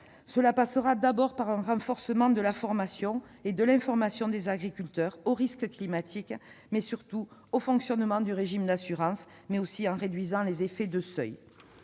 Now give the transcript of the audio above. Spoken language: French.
passeront d'abord par un renforcement de la formation et de l'information des agriculteurs sur les risques climatiques et, surtout, sur le fonctionnement du régime d'assurance, mais aussi par la réduction des effets de seuil.